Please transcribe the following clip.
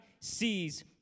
sees